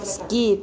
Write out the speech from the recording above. skip